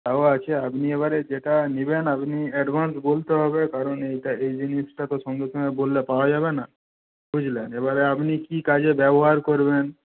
তাও আছে আপনি এবারে যেটা নেবেন আপনি অ্যাডভান্স বলতে হবে কারণ এইটা এই জিনিসটা তো সঙ্গে সঙ্গে বললে পাওয়া যাবে না বুঝলেন এবারে আপনি কী কাজে ব্যবহার করবেন